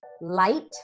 Light